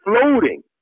floating